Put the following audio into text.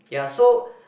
ya so